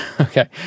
okay